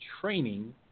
training